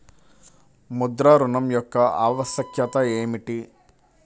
ముద్ర ఋణం యొక్క ఆవశ్యకత ఏమిటీ?